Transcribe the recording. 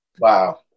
Wow